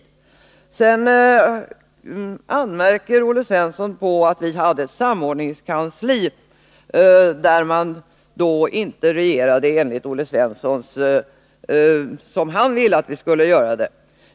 Olle Svensson anmärkte på att vi hade ett samordningskansli och därför inte regerade så snabbt som Olle Svensson ville att vi skulle ha gjort.